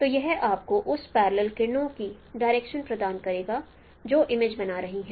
तो यह आपको उस पैरलेल किरणों की डायरेक्शन प्रदान करेगा जो इमेज बना रही है